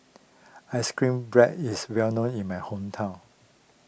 Ice Cream Bread is well known in my hometown